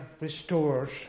restores